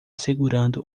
segurando